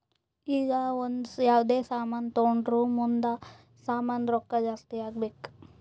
ಈಗ ಒಂದ್ ಯಾವ್ದೇ ಸಾಮಾನ್ ತೊಂಡುರ್ ಮುಂದ್ನು ಸಾಮಾನ್ದು ರೊಕ್ಕಾ ಜಾಸ್ತಿ ಆಗ್ಬೇಕ್